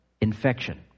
infection